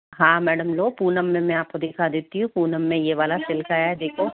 हाँ मैडम लो पूनम में मैं आपको दिखा देती हूँ पूनम में यह वाला सिल्क आया है देखो